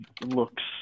looks